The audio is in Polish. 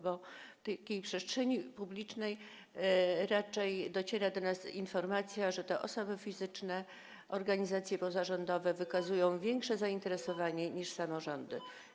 Bo z przestrzeni publicznej raczej dociera do nas informacja, że to osoby fizyczne i organizacje pozarządowe wykazują większe zainteresowanie niż samorządy.